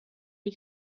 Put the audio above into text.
die